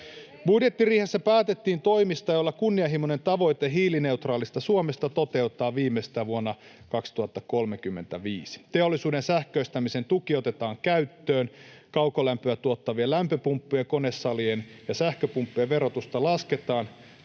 Budjettiriihessä päätettiin toimista, joilla kunnianhimoinen tavoite hiilineutraalista Suomesta toteutetaan viimeistään vuonna 2035: teollisuuden sähköistämisen tuki otetaan käyttöön, kaukolämpöä tuottavien lämpöpumppujen, konesalien ja sähköpumppujen verotusta lasketaan,